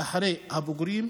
אחרי הבוגרים,